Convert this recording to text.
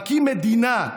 מקים מדינה,